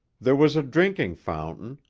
there was a drinking fountain,